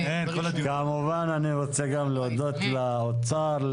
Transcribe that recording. כמובן שאני רוצה להודות לאוצר,